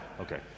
Okay